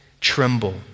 tremble